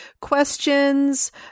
questions